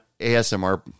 ASMR